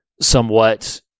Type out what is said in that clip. somewhat